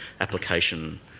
application